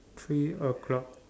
three o-clock